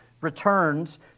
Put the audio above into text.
returns